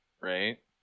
right